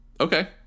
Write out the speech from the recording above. Okay